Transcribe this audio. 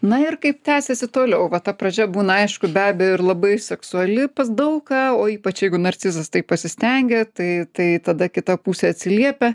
na ir kaip tęsiasi toliau va ta pradžia būna aišku be abejo ir labai seksuali pas daug ką o ypač jeigu narcizas taip pasistengia tai tai tada kita pusė atsiliepia